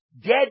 Dead